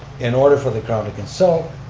in order for the crown to consult,